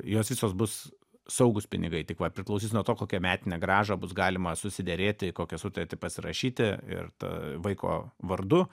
jos visos bus saugūs pinigai tik va priklausys nuo to kokią metinę grąžą bus galima susiderėti kokią sutartį pasirašyti ir ta vaiko vardu